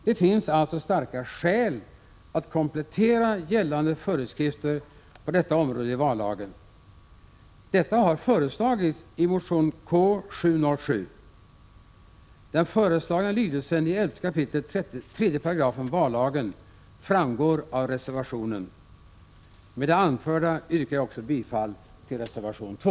Det finns alltså starka skäl att komplettera gällande föreskrifter i vallagen på detta område. Detta har föreslagits i motion K707. Den föreslagna lydelsen av 11 kap. 3 § vallagen redovisas även i betänkandet. Med det anförda yrkar jag också bifall till reservation 2.